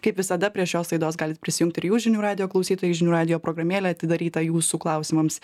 kaip visada prie šios laidos galit prisijungt ir jūs žinių radijo klausytojai žinių radijo programėlė atidaryta jūsų klausimams